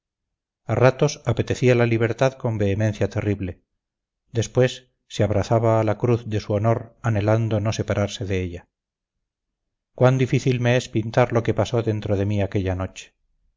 a ratos apetecía la libertad con vehemencia terrible después se abrazaba a la cruz de su honor anhelando no separarse de ella cuán difícil me es pintar lo que pasó dentro de mí aquella noche